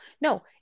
No